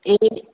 ए